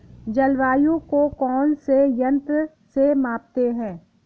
जलवायु को कौन से यंत्र से मापते हैं?